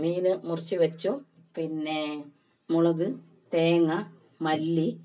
മീൻ മുറിച്ച് വച്ചു പിന്നെ മുളക് തേങ്ങ മല്ലി